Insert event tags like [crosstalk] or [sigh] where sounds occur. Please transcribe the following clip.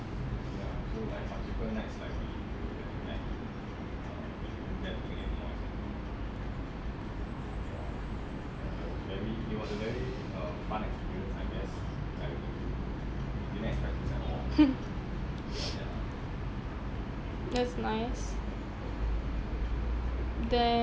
[laughs] [noise] that's nice then